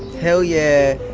hell yeah.